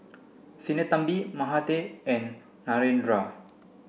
Sinnathamby Mahade and Narendra